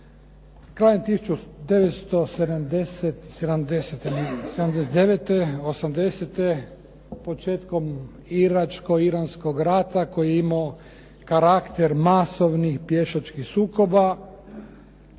Krajem 1979., osamdesete, početkom Iračko-Iranskog rata koji je imao karakter masovnih pješačkih sukoba.